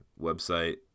website